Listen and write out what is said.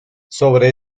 sobre